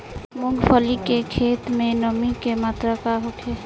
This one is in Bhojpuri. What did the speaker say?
मूँगफली के खेत में नमी के मात्रा का होखे?